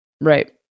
right